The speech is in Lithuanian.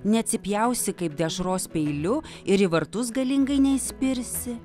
neatsipjausi kaip dešros peiliu ir į vartus galingai neįspirsi